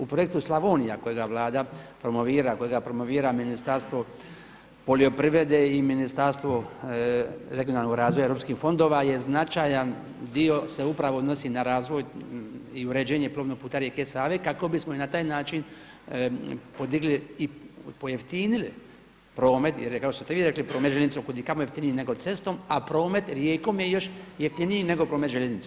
U projektu Slavonija kojega Vlada promovira, kojega promovira Ministarstvo poljoprivrede i Ministarstvo regionalnog razvoja i europskih fondova je značajan dio, se upravo odnosi na razvoj i uređenje plovnog puta rijeke Save kako bismo i na taj način podigli i pojeftinili promet, jer kao što ste i vi rekli, promet željeznicom je kudikamo jeftiniji nego cestom a promet rijekom je još jeftiniji nego promet željeznicom.